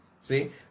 See